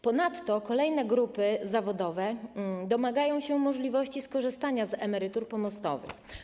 Ponadto kolejne grupy zawodowe domagają się możliwości skorzystania z emerytur pomostowych.